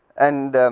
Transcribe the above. and